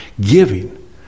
giving